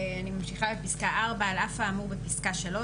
אני ממשיכה להקריא: (4) על אף האמור בפסקה (3),